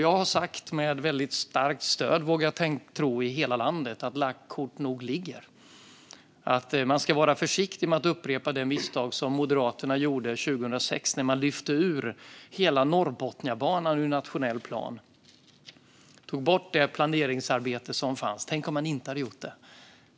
Jag har sagt - med väldigt starkt stöd i hela landet, vågar jag tro - att lagt kort nog ligger. Man ska vara försiktig med att upprepa det misstag som Moderaterna gjorde 2006 när man lyfte ur hela Norrbotniabanan ur nationell plan och tog bort det planeringsarbete som fanns. Tänk om man inte hade gjort det!